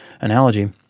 analogy